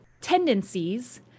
tendencies